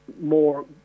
more